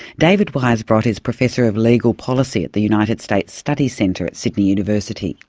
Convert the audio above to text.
david weisbrot is professor of legal policy at the united states study centre at sydney university.